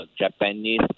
Japanese